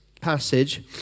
passage